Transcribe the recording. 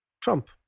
Trump